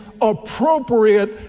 appropriate